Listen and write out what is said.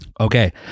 Okay